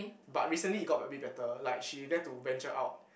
but recently it got a bit a bit better like she dare to venture out